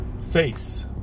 face